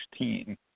2016